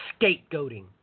scapegoating